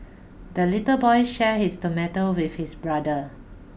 the little boy shared his tomato with his brother